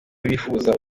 bifuza